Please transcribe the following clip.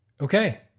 okay